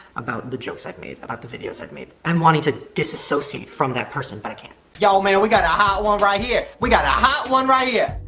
about the jokes i've made, about the videos i've made. i'm wanting to disassociate from that person but i can't. yo, man, we got a hot one right here, we got a hot one right here!